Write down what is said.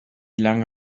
lange